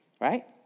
right